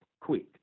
quick